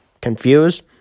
confused